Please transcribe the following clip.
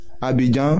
Abidjan